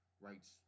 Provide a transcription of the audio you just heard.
rights